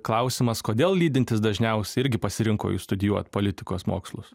klausimas kodėl lydintis dažniausiai irgi pasirinko jūs studijuot politikos mokslus